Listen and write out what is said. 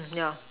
yeah